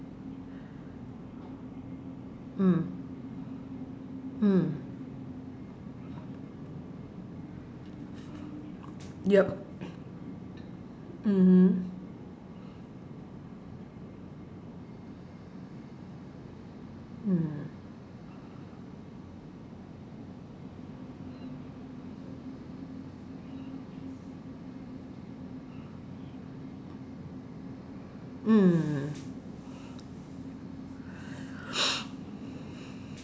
mm mm yup mmhmm mm mm